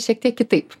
šiek tiek kitaip